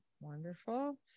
wonderful